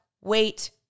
wait